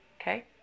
okay